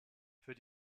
für